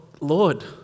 Lord